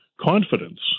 confidence